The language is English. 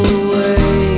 away